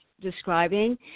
describing